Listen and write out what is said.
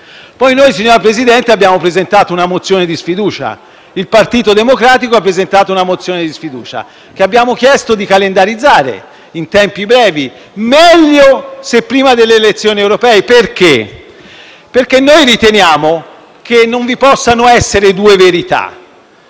vengono presentate con largo anticipo. Signor Presidente, il Partito Democratico ha presentato una mozione di sfiducia, che abbiamo chiesto di calendarizzare in tempi brevi (meglio se prima delle elezioni europee). Perché? Perché noi riteniamo che non vi possano essere due verità